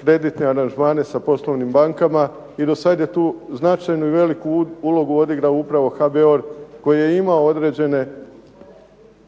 kreditne aranžmane sa poslovnim bankama. I do sad je tu značajnu i veliku ulogu odigrao upravo HBOR koji je imao određene